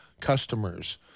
customers